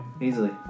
Easily